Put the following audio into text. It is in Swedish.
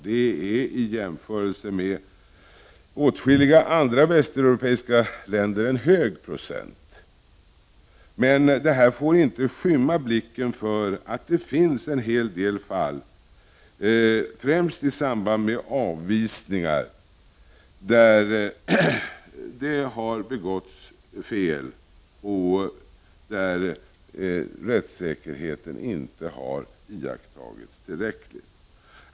Det är i jämförelse med åtskilliga andra västeuropeiska länder en hög procent. Men detta får inte skymma blicken för att det finns en hel del fall, främst i samband med avvisningar, där det har begåtts fel och där rättssäkerheten inte har iakttagits tillräckligt.